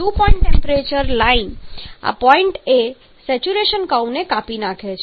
તેથી dew point temperature line આ પોઇન્ટએ સેચ્યુરેશન કર્વ ને કાપી નાખે છે